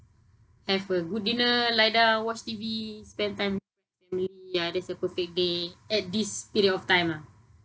have a good dinner lie down watch T_V spend time with family ya that's a perfect day at this period of time ah